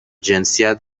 جنسیت